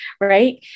Right